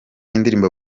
y’indirimbo